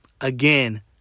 Again